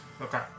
Okay